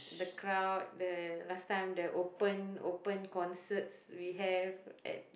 the crowd the last time the open open concerts we have at